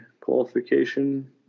qualification